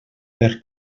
per